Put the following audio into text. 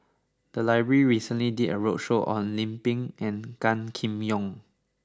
the library recently did a roadshow on Lim Pin and Gan Kim Yong